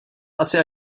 asi